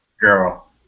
girl